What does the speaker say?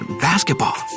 basketball